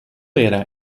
era